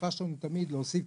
השאיפה שלנו תמיד להוסיף,